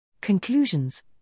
Conclusions